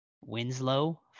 Winslow